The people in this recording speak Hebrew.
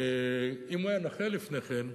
אם הוא היה נכה לפני כן,